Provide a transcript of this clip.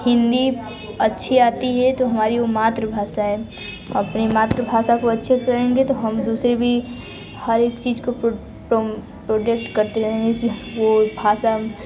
हिंदी अच्छी आती है तो हमारी वह मातृभाषा है अपनी मातृभाषा को अच्छे से करेंगे तो हम दूसरी भी हर एक चीज़ को प्रोम प्रोडेक्ट करते रहेंगे कि वह भाषा